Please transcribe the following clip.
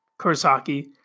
Kurosaki